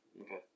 Okay